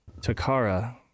Takara